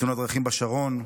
תאונת דרכים בשרון,